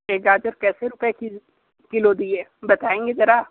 ये गाजर कैसे रुपये कि किलो दिए बताएंगे ज़रा